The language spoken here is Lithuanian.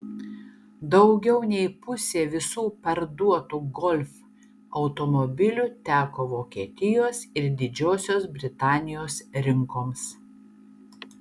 daugiau nei pusė visų parduotų golf automobilių teko vokietijos ir didžiosios britanijos rinkoms